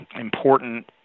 important